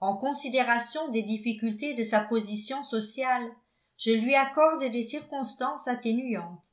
en considération des difficultés de sa position sociale je lui accorde des circonstances atténuantes